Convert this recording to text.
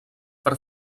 per